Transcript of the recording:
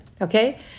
okay